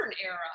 era